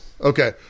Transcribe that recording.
Okay